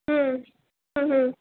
ہوں ہوں ہوں